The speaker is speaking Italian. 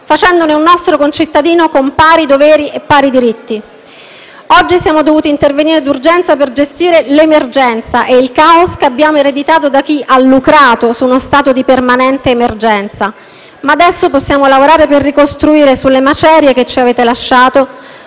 facendone un nostro concittadino con pari doveri e pari diritti. Oggi siamo dovuti intervenire d'urgenza per gestire l'emergenza e il caos che abbiamo ereditato da chi ha lucrato su uno stato di permanente emergenza, ma adesso possiamo lavorare per ricostruire sulle macerie che ci avete lasciato